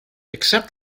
except